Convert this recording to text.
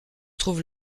trouve